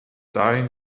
dahin